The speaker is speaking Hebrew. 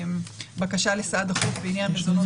בקשה לסעד דחוף בעניין מזונות